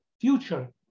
future